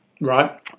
Right